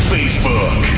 Facebook